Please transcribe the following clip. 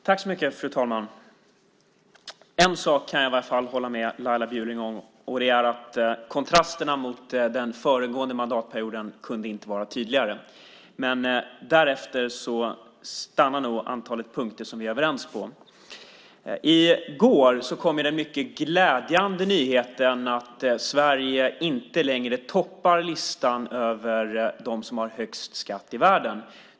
Fru talman! En sak kan jag hålla med Laila Bjurling om. Kontrasterna mot den föregående mandatperioden kunde inte vara tydligare. Där stannar nog antalet punkter som vi är överens om. I går kom den mycket glädjande nyheten att Sverige inte längre toppar listan över de länder som har högst skatt i världen.